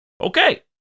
Okay